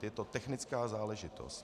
Je to technická záležitost.